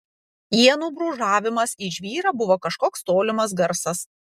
ienų brūžavimas į žvyrą buvo kažkoks tolimas garsas